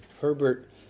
Herbert